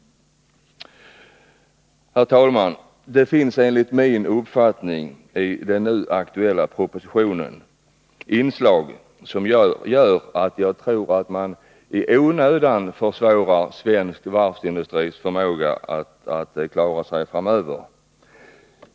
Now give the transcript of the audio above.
Det finns enligt min åsikt vissa inslag i den nu aktuella propositionen som gör det onödigt svårt för svensk varvsindustri att hävda sig framöver.